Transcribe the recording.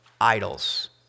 idols